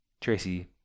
Tracy